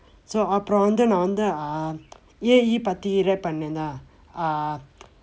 so அப்புறம் வந்து நான் வந்து:appuram vandthu naan vandthu ah E_A_E பற்றி:parri read பனேன்:panneen lah ah